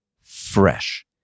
fresh